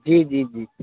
جی جی جی